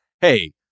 Hey